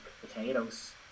potatoes